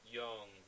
young